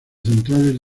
centrales